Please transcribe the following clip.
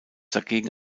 dagegen